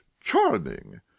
charming